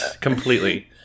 completely